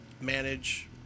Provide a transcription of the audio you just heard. manage